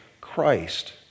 Christ